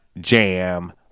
Jam